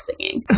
singing